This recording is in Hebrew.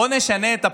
בואו נשנה את הפקודה,